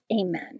Amen